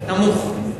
נמוך.